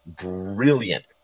brilliant